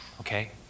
okay